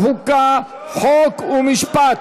ותועבר לוועדת החוקה, חוק ומשפט.